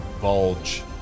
bulge